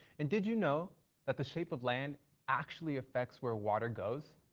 and did you know that the shape of land actually affects where water goes?